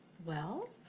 well,